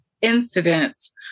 incidents